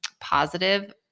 positive